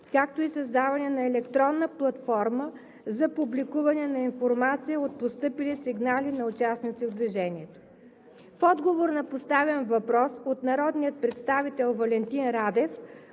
както и създаване на електронна платформа за публикуване на информация от постъпили сигнали на участници в движението. В отговор на поставен въпрос от народния представител Валентин Радев,